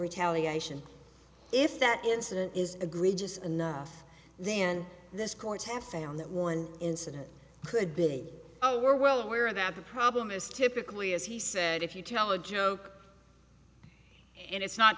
retaliation if that incident is agreed just enough then this courts have found that one incident could be oh we're well aware that the problem is typically as he said if you tell a joke and it's not